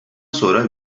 sonra